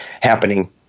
happening